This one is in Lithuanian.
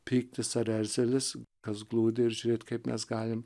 pyktis ar erzelis kas glūdi ir žiūrėt kaip mes galim